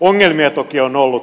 ongelmia toki on ollut